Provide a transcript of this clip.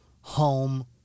home